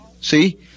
See